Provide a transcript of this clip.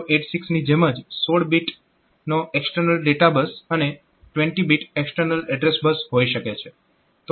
તેથી તેમાં 8086 ની જેમ 16 બીટ એક્ટરનલ ડેટા બસ અને 20 બીટ એક્ટરનલ એડ્રેસ બસ હોઈ શકે છે